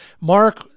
Mark